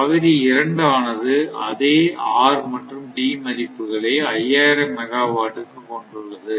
பகுதி 2 ஆனது அதே R மற்றும் D மதிப்புகளை 5000 மெகாவாட் டுக்கு கொண்டுள்ளது